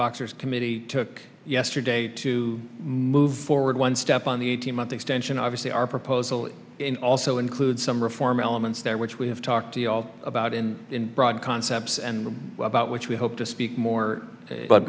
boxer's committee took yesterday to move forward one step on the eighteen month extension obviously our proposal also includes some reform elements there which we have talked about in broad concepts and about which we hope to speak more